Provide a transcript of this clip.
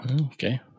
Okay